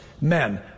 Men